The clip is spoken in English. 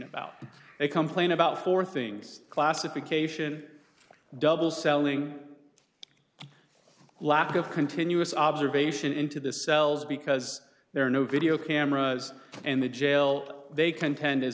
about they come clean about for things classification double selling lack of continuous observation into the cells because there are no video cameras and the jail they contend